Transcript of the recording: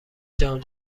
جام